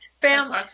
family